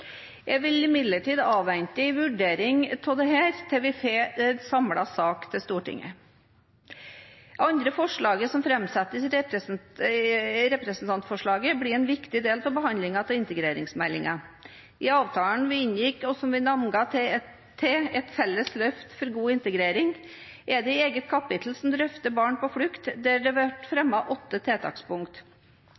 vi får en samlet sak til Stortinget. De andre forslagene som framsettes i representantforslaget, blir en viktig del av behandlingen av integreringsmeldingen. I avtalen vi inngikk, og som vi navnga til «Et felles løft for god integrering», er det et eget kapittel som drøfter barn på flukt, der det ble